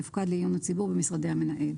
יופקד לעיון הציבור במשרדי המנהל.